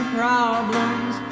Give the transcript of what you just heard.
problems